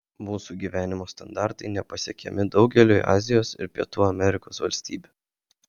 mūsų gyvenimo standartai nepasiekiami daugeliui azijos ir pietų amerikos valstybių